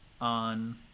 on